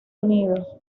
unidos